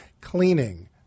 Cleaning